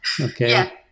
Okay